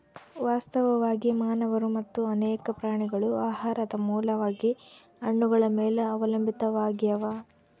ವಾಸ್ತವವಾಗಿ ಮಾನವರು ಮತ್ತು ಅನೇಕ ಪ್ರಾಣಿಗಳು ಆಹಾರದ ಮೂಲವಾಗಿ ಹಣ್ಣುಗಳ ಮೇಲೆ ಅವಲಂಬಿತಾವಾಗ್ಯಾವ